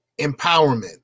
empowerment